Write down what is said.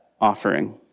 offering